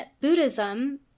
Buddhism